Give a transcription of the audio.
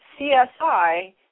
CSI